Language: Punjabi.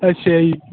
ਅੱਛਾ ਜੀ